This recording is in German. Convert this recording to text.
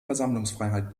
versammlungsfreiheit